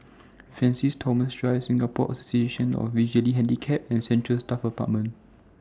Francis Thomas Drive Singapore Association of The Visually Handicapped and Central Staff Apartment